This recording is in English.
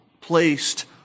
placed